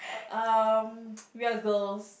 um we're girls